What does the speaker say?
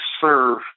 serve